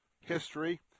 history